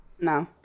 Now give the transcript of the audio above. no